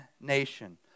nation